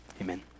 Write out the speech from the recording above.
amen